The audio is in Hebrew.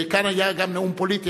כאן היה גם נאום פוליטי.